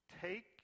take